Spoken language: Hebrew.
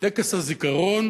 טקס הזיכרון